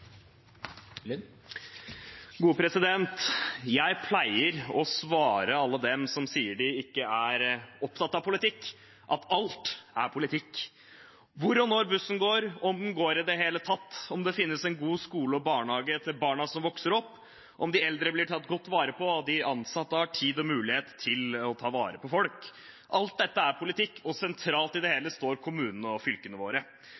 gode barnehagene, som nettopp sikrer et godt mangfold i tjenestetilbudet til alle ute i kommunene. Replikkordskiftet er omme. Jeg pleier å svare alle dem som sier de ikke er opptatt av politikk, at alt er politikk. Hvor og når bussen går, om den går i det hele tatt, om det finnes en god skole og barnehage til barna som vokser opp, om de eldre blir tatt godt vare på, og om de ansatte har tid og mulighet til å ta vare på folk – alt dette